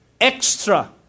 extra